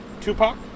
Tupac